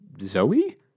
Zoe